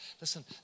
listen